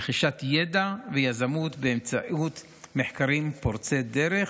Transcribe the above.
רכישת ידע ויזמות באמצעות מחקרים פורצי דרך.